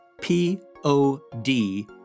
P-O-D